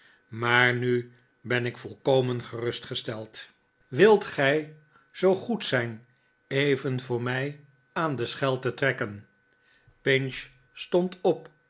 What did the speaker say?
maar nu ben ik volkomen gerustgesteld wilt gij zoo goed maarten chuzzlewit zijn even voor mij aan de schel te trekken j pinch stond op